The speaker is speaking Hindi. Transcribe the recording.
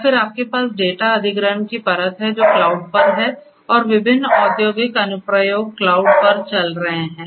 और फिर आपके पास डेटा अधिग्रहण की परत है जो क्लाउड पर है और विभिन्न औद्योगिक अनुप्रयोग क्लाउड पर चल रहे हैं